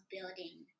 building